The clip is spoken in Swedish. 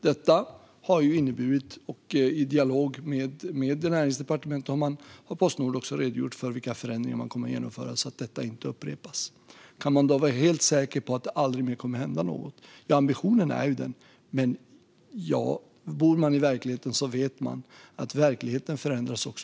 Detta har inneburit att Postnord i dialog med Näringsdepartementet har redogjort för vilka förändringar man kommer att genomföra så att detta inte upprepas. Kan man då vara helt säker på att det aldrig mer kommer att hända något? Ambitionen är den, men om man lever i verkligheten vet man att den förändras.